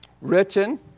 written